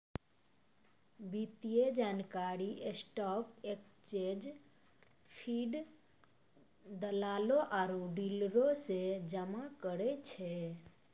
वित्तीय जानकारी stock exchange feed, दलालो आरु डीलरो से जमा करै छै